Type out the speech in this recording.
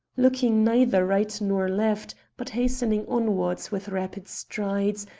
looking neither right nor left, but hastening onwards with rapid strides,